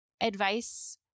advice